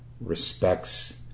respects